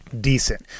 Decent